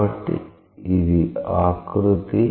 కాబట్టి ఇది ఆకృతి